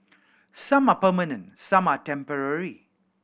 some are permanent some are temporary